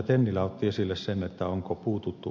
tennilä otti esille sen että onko puututtu